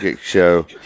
show